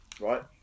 Right